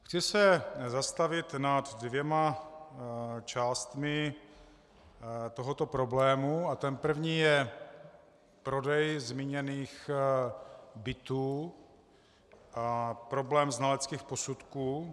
Chci se zastavit nad dvěma částmi tohoto problému a ta první je prodej zmíněných bytů, problém znaleckých posudků.